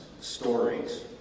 stories